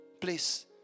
please